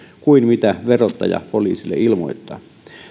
kuin mitä verottaja poliisille ilmoittaa